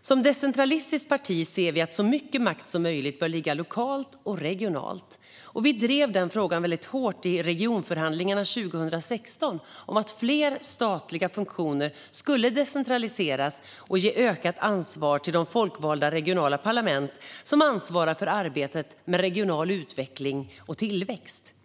Som decentralistiskt parti anser vi att så mycket makt som möjligt bör ligga lokalt och regionalt. Vi drev väldigt hårt i regionförhandlingarna 2016 att fler statliga funktioner skulle decentraliseras och att man skulle ge ökat ansvar till de folkvalda regionala parlament som ansvarar för arbetet med regional utveckling och tillväxt.